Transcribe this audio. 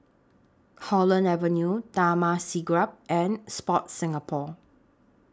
Holland Avenue Taman Siglap and Sport Singapore